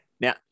Now